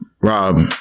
Rob